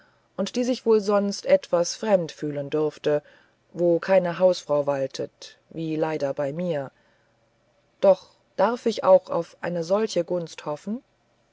und die sich wohl sonst etwas fremd fühlen dürfte wo keine hausfrau waltet wie leider bei mir doch darf ich auf eine solche gunst hoffen